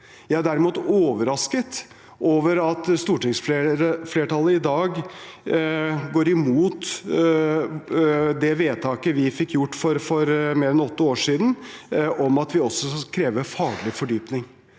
Jeg er derimot overrasket over at stortingsflertallet i dag går imot det vedtaket vi fikk gjort for mer enn åtte år siden, om at vi også skal kreve faglig fordypning.